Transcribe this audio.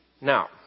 Now